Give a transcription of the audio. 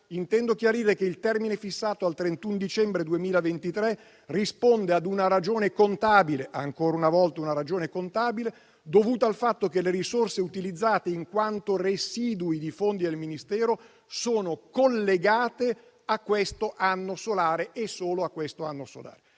intendo chiarire che il termine fissato al 31 dicembre 2023 risponde ad una ragione contabile - ancora una volta una ragione contabile - dovuta al fatto che le risorse utilizzate in quanto residui di fondi del Ministero sono collegate a questo anno solare e solo a questo anno solare.